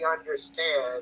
understand